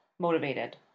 motivated